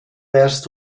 wärst